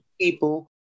people